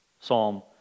psalm